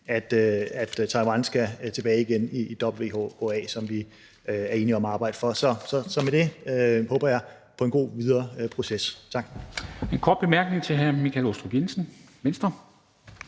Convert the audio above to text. at Taiwan skal tilbage igen i WHA, hvad vi er enige om at arbejde for. Så med det håber jeg på en god videre proces. Tak.